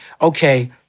okay